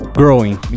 growing